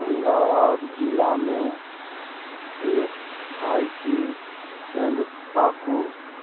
हङ्गाबाद जिलामे S I C केन्द्र ताकू